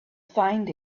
find